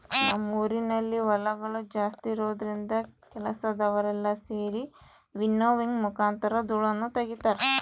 ನಮ್ಮ ಊರಿನಲ್ಲಿ ಹೊಲಗಳು ಜಾಸ್ತಿ ಇರುವುದರಿಂದ ಕೆಲಸದವರೆಲ್ಲ ಸೆರಿ ವಿನ್ನೋವಿಂಗ್ ಮುಖಾಂತರ ಧೂಳನ್ನು ತಗಿತಾರ